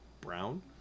brown